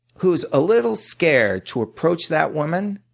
who's a little scared to approach that woman,